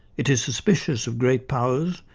it is suspicious of great powers,